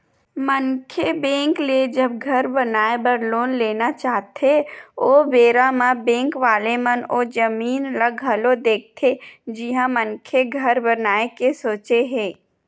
मनखे बेंक ले जब घर बनाए बर लोन लेना चाहथे ओ बेरा म बेंक वाले मन ओ जमीन ल घलो देखथे जिहाँ मनखे घर बनाए के सोचे हे